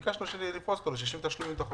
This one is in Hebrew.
ביקשנו לפרוס את החובות שלהם ל-60 תשלומים.